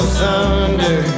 thunder